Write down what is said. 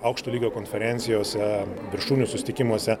aukšto lygio konferencijose viršūnių susitikimuose